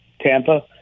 Tampa